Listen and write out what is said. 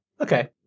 Okay